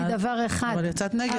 אבל יצאת נגד.